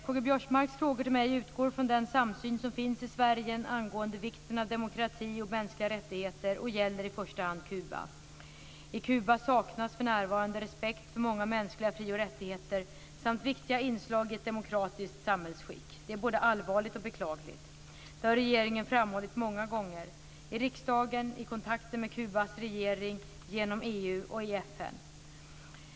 Karl-Göran Biörsmarks frågor till mig utgår från den samsyn som finns i Sverige angående vikten av demokrati och mänskliga rättigheter och gäller i första hand Kuba. I Kuba saknas för närvarande respekt för många mänskliga fri och rättigheter samt viktiga inslag i ett demokratiskt samhällsskick. Det är både allvarligt och beklagligt. Det har regeringen framhållit många gånger: i riksdagen, i kontakter med Kubas regering, genom EU och i FN.